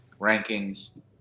rankings